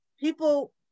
People